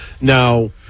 Now